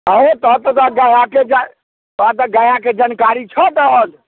आएँ हो तऽ तहन गयाके गयाके जन तोहर तऽ गयाके जनकारी छऽ तहन